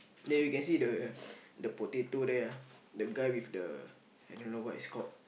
then we can see the the potato there ah the guy with the I don't know what it's called